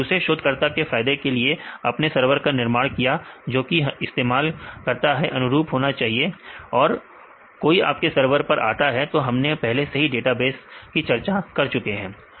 तो दूसरे शोधकर्ता के फायदे के लिए आपने सरवर का निर्माण किया जो कि इस्तेमाल करता के अनुरूप होना चाहिए अगर कोई आपके सर्वर पर आता है तो हमने पहले ही डेटाबेस की चर्चा कर चुके हैं